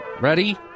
Ready